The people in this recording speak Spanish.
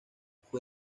fue